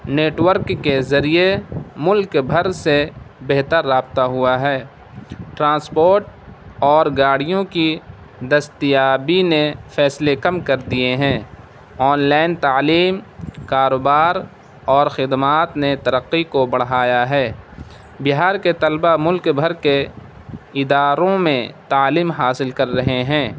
network کے ذریعے ملک بھر سے بہتر رابطہ ہوا ہے ٹرانسپورٹ اور گاڑیوں کی دستیابی نے فیصلے کم کر دیے ہیں آن لائن تعلیم کاروبار اور خدمات نے ترقی کو بڑھایا ہے بہار کے طلبا ملک بھر کے اداروں میں تعلیم حاصل کر رہے ہیں